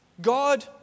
God